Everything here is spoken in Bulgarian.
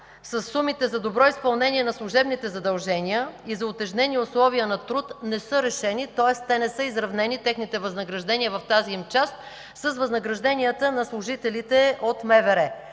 сумите за добро изпълнение на служебните задължения и за утежнени условия на труд не са решени, тоест не са изравнени техните възнаграждения в тази им част с възнагражденията на служителите от МВР.